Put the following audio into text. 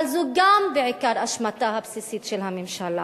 אבל זו גם בעיקר אשמתה הבסיסית של הממשלה: